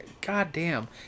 goddamn